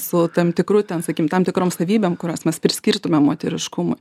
su tam tikru ten sakykim tam tikrom savybėm kurias mes priskirtumėm moteriškumui